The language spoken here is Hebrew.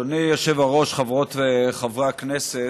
אדוני היושב-ראש, חברות וחברי הכנסת,